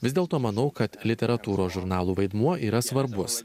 vis dėlto manau kad literatūros žurnalų vaidmuo yra svarbus